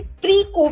pre-COVID